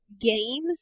game